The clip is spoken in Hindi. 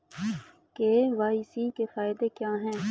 के.वाई.सी के फायदे क्या है?